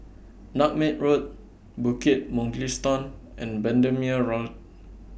Nutmeg Road Bukit Mugliston and Bendemeer Road